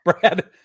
Brad